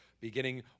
beginning